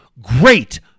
great